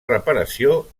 reparació